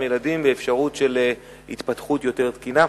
ילדים ואפשרות של התפתחות יותר תקינה.